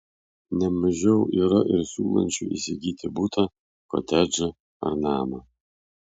ne mažiau yra ir siūlančių įsigyti butą kotedžą ar namą